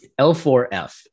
L4F